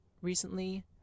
recently